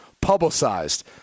publicized